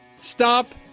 stop